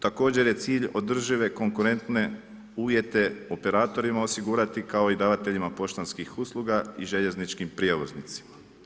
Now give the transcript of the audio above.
Također je cilj održive konkurente uvjete operatorima osigurati, kao i davateljima poštanskih usluga i željezničkim prijevoznicima.